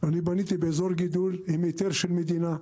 אני בניתי באזור גידול עם היתר של מדינה,